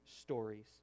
stories